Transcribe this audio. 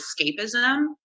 escapism